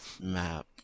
map